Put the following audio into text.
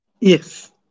Yes